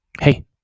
Hey